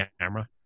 camera